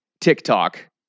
TikTok